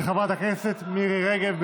של חברת הכנסת מירי רגב.